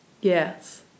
Yes